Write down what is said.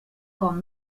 com